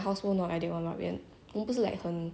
like 很会 like 讲讲 like